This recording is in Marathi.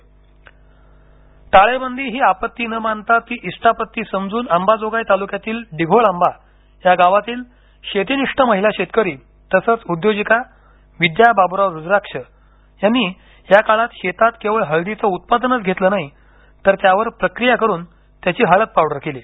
यशकथा बीड टाळेबंदी ही आपत्ती न मानता ती इष्टापत्ती समजून अंबाजोगाई तालुक्यातील डिघोळअंबा या गावातील शेती निष्ठ महिला शेतकरी तसच उद्योजिका विद्या बाब्राव रूद्राक्ष यांनी या काळात शेतात केवळ हळदीचे उत्पादनच घेतलं नाही तर त्यावर प्रक्रिया करून त्याची हळद पावडर केली